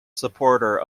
supporter